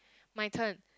my turn